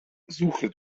suche